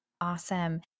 Awesome